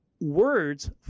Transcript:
words